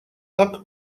tak